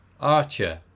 Archer